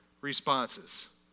responses